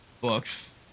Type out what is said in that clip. books